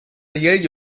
yale